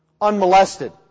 unmolested